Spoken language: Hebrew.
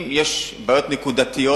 אם יש בעיות נקודתיות,